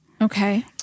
okay